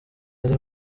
yari